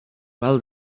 well